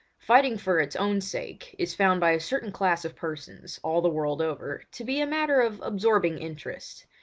fighting for its own sake is found by a certain class of persons, all the world over, to be a matter of absorbing interest,